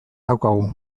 daukagu